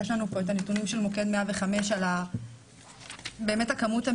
יש לנו פה את הנתונים של מוקד 105 על הכמות הבאמת